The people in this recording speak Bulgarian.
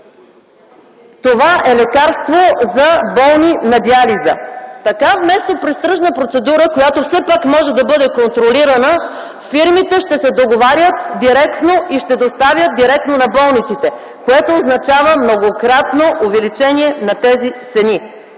Това е лекарство за болни на диализа. Така вместо през тръжна процедура, която все пак може да бъде контролирана, фирмите ще го договарят директно и ще доставят директно на болниците, което означава многократно увеличение на тези цени.